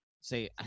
say